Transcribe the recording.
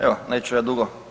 Evo, neću ja dugo.